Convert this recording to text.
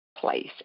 Place